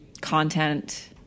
content